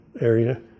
area